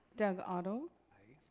doug otto? aye.